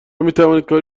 میتوانیم